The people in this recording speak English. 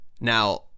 Now